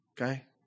Okay